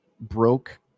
broke